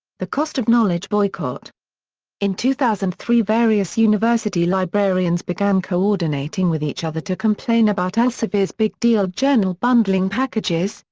the cost of knowledge boycott in two thousand and three various university librarians began coordinating with each other to complain about elsevier's big deal journal bundling packages,